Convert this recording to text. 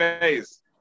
face